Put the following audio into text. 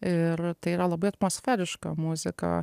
ir tai yra labai atmosferiška muzika